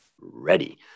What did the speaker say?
ready